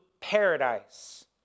paradise